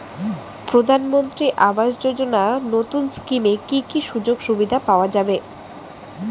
প্রধানমন্ত্রী আবাস যোজনা নতুন স্কিমে কি কি সুযোগ সুবিধা পাওয়া যাবে?